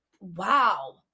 wow